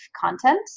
content